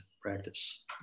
practice